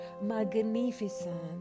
magnificent